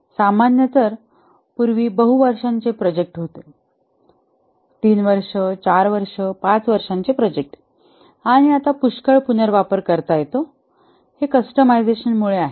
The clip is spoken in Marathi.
सामान्य तर पूर्वी बहु वर्षांचे प्रोजेक्ट होते 3 वर्ष 4 वर्ष 5 वर्षांचे प्रोजेक्ट आणि आता पुष्कळ पुनर्वापर करता येतो कस्टमाइझशन मुळे आहे